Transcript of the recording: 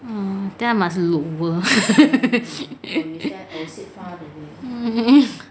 mm then I must lower mm